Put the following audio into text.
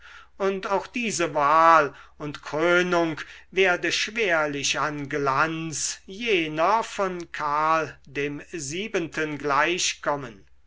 und auch diese wahl und krönung werde schwerlich an glanz jener von karl dem siebenten